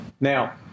Now